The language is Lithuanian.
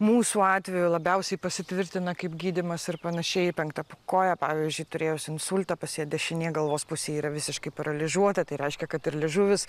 mūsų atveju labiausiai pasitvirtina kaip gydymas ir panašiai penkta koja pavyzdžiui turėjus insultą pas ją dešinė galvos pusė yra visiškai paralyžuota tai reiškia kad ir liežuvis